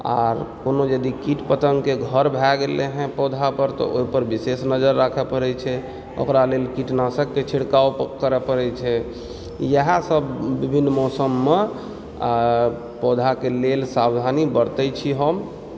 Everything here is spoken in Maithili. आओर कोनो यदि कीट पतङ्गके घर भए गेलय हँ पौधा पर तऽ ओहिपर विशेष नजर राखय पड़ैत छै ओकरा लेल कीटनाशकके छिड़काव करय पड़ैत छै इएहसभ विभिन्न मौसममे पौधाके लेल सावधानी बरतय छी हम